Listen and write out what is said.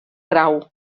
grau